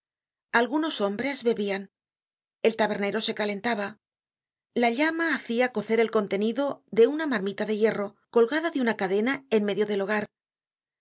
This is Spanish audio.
algunos hombres bebian el tabernero se calentaba la llama hacia cocer el contenido de una marmita de hierro colgada de una cadena en medio del hogar